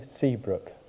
Seabrook